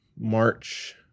March